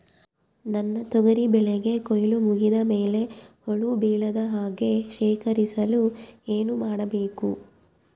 ನನ್ನ ತೊಗರಿ ಬೆಳೆಗೆ ಕೊಯ್ಲು ಮುಗಿದ ಮೇಲೆ ಹುಳು ಬೇಳದ ಹಾಗೆ ಶೇಖರಿಸಲು ಏನು ಮಾಡಬೇಕು?